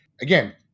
again